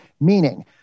Meaning